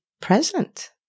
present